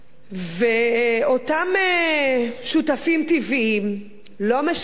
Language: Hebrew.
ואותם שותפים טבעיים לא משרתים,